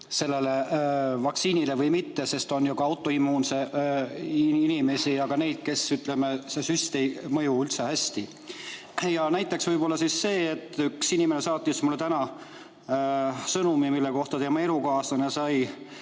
sellele vaktsiinile või mitte, sest on ju ka autoimmuunseid inimesi ja ka neid, kellele see süst ei mõju üldse hästi. Näiteks võib olla see, et üks inimene saatis mulle täna sõnumi, et tema elukaaslane sai